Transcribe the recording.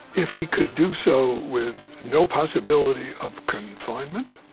if he could do so with no possibility of confinement